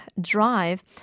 drive